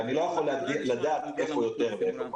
ואני לא יכול לדעת איפה יותר ואיפה פחות.